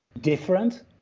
different